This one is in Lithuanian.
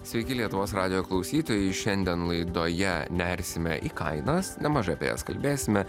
sveiki lietuvos radijo klausytojai šiandien laidoje nersime į kainas nemažai apie jas kalbėsime